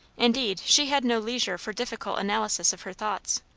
indeed, she had no leisure for difficult analysis of her thoughts.